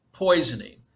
poisoning